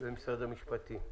ומשרד המשפטים,